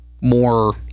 more